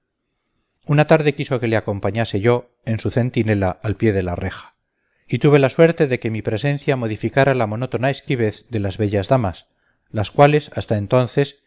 una tarde quiso le acompañase yo en su centinela al pie de la reja y tuve la suerte de que mi presencia modificara la monótona esquivez de las bellas damas las cuales hasta entonces